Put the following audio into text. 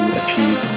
achieve